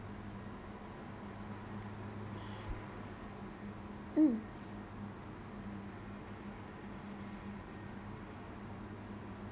mm